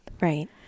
Right